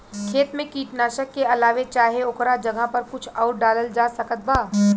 खेत मे कीटनाशक के अलावे चाहे ओकरा जगह पर कुछ आउर डालल जा सकत बा?